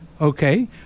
okay